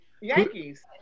Yankees